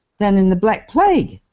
than in the black plague.